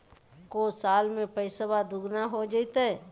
को साल में पैसबा दुगना हो जयते?